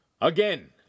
Again